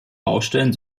baustellen